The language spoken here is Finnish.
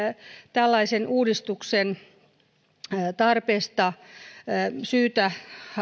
tällaisen uudistuksen tarvetta on syytä